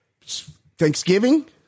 Thanksgiving